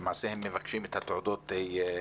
מתקרבים ולמעשה הם מבקשים את תעודות הזכאות.